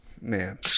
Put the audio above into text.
Man